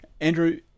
Andrew